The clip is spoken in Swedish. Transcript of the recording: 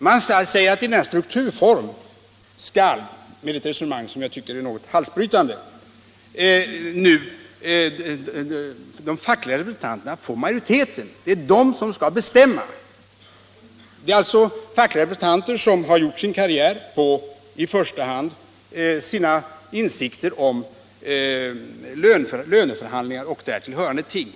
Man säger att i strukturfonden skall — enligt ett resonemang som jag tycker är något halsbrytande — nu de fackliga representanterna få majoritet. Det är alltså de som skall bestämma. Dessa fackliga representanter har gjort sin karriär på i första hand sina insikter om löneförhandlingar och därtill hörande ting.